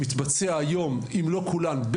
אם לא כולן,